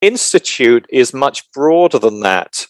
האוניברסיטה היא הרבה יותר גדולה מזה.